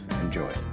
Enjoy